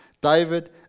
David